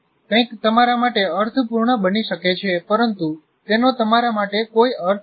તેથી કંઈક તમારા માટે અર્થપૂર્ણ બની શકે છે પરંતુ તેનો તમારા માટે કોઈ અર્થ નથી